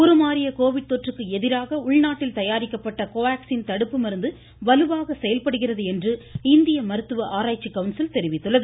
உருமாறிய கோவிட் கொற்றுக்கு எதிராக உள்நாட்டில் தயாரிக்கப்பட்ட கோவாக்ஸின் தடுப்பு மருந்து வலுவாக செயல்படுகிறது என்று இந்திய மருத்துவ ஆராய்ச்சிக் கவுன்சில் தெரிவித்துள்ளது